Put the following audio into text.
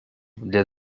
для